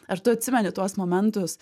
ar tu atsimeni tuos momentus